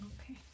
Okay